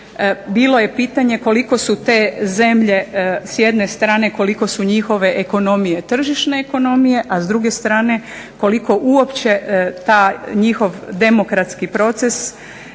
bilo je pitanje koliko su te zemlje s jedne strane koliko su njihove ekonomije tržišne ekonomije, a s druge strane koliko uopće taj njihov demokratski proces